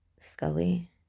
scully